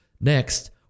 Next